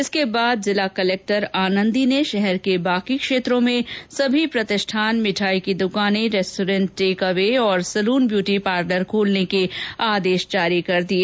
इसके बाद जिला कलेक्टर आनंदी ने शहर के बाकी क्षेत्रों में सभी प्रतिष्ठान भिठाई की दुकानें रेस्टोरेंट टेक अवे और सैलून ब्यूटी पार्लर खोलने के आदेश जारी कर दिए